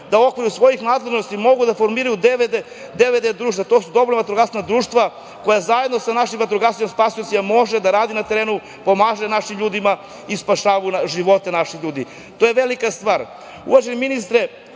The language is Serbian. da u okviru svojih nadležnosti mogu da formiraju DVD, to su dobrovoljna vatrogasna društva koja zajedno sa našim vatrogascima spasiocima mogu da rade na terenu, pomažu našim ljudima i spašavaju živote naših ljudi. To je velika stvar. Uvaženi ministre